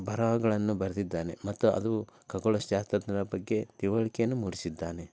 ಬರಹಗಳನ್ನು ಬರೆದಿದ್ದಾನೆ ಮತ್ತು ಅದು ಖಗೋಳ ಶಾಸ್ತ್ರಜ್ಞರ ಬಗ್ಗೆ ತಿಳಿವಳ್ಕೆಯನ್ನೂ ಮೂಡಿಸಿದ್ದಾನೆ